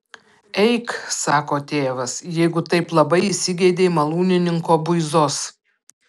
eik sako tėvas jeigu taip labai įsigeidei malūnininko buizos